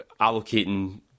allocating